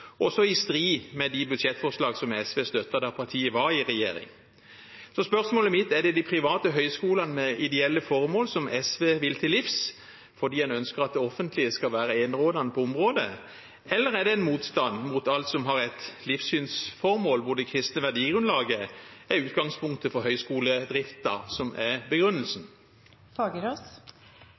også i strid med de budsjettforslagene SV støttet da partiet var i regjering. Spørsmålet mitt er: Er det de private høyskolene med ideelle formål SV vil til livs, fordi en ønsker at det offentlige skal være enerådende på området, eller er det en motstand mot alt som har et livssynsformål der det kristne verdigrunnlaget er utgangspunktet for høyskoledriften, som er